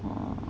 ah